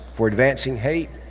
for advancing hate,